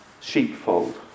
sheepfold